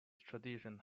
tradition